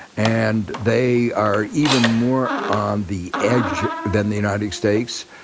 and they are even more on the edge than the united states,